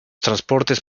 transportes